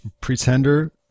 pretender